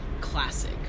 Classic